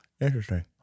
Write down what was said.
Interesting